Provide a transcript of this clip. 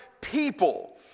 people